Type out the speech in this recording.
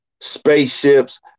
Spaceships